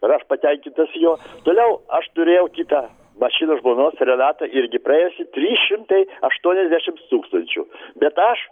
ir aš patenkintas juo toliau aš turėjau kitą mašiną žmonos renata irgi praėjo su trys šimtai aštuoniasdešimts tūkstančių bet aš